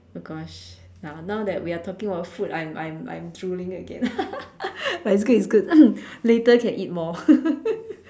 oh gosh now now that we are talking about food I'm I'm I'm drooling again but it's good it's good later I can eat more